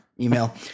email